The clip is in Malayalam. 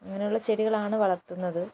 അങ്ങനെയുള്ള ചെടികളാണ് വളർത്തുന്നത്